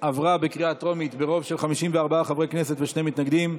עברה בקריאה טרומית ברוב של 54 חברי כנסת ושני מתנגדים.